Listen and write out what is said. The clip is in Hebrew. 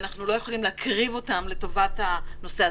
ואנחנו לא יכולים להקריב אותם לטובת הנושא הזה.